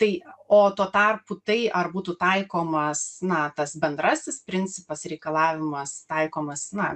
tai o tuo tarpu tai ar būtų taikomas na tas bendrasis principas reikalavimas taikomas na